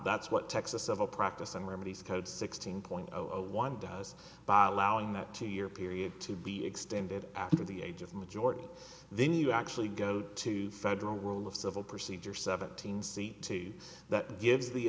that's what texas of a practice and remedies code sixteen point zero one does by allowing that two year period to be extended after the age of majority then you actually go to federal rule of civil procedure seventeen c two that gives the